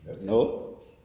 No